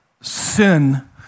sin